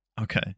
Okay